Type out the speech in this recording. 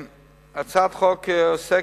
הצעת החוק עוסקת,